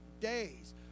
days